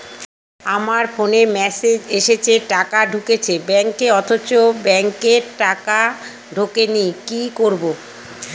আমার ফোনে মেসেজ এসেছে টাকা ঢুকেছে ব্যাঙ্কে অথচ ব্যাংকে টাকা ঢোকেনি কি করবো?